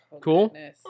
Cool